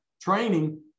training